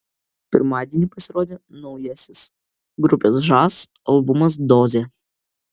pirmadienį pasirodė naujasis grupės žas albumas dozė